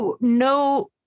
no